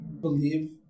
believe